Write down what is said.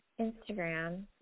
Instagram